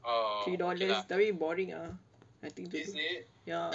three dollars tapi boring ah I think ya